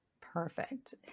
Perfect